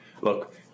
Look